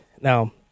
Now